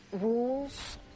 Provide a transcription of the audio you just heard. rules